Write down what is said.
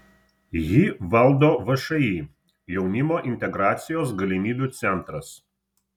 jį valdo všį jaunimo integracijos galimybių centras